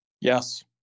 Yes